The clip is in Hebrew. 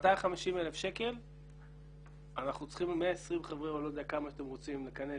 ב-250,000 שקל אנחנו צריכים 120 חברים או לא יודע כמה שאתם רוצים לכנס